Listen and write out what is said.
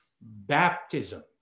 baptism